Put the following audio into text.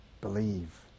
Believe